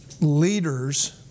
leaders